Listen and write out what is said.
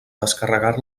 descarregar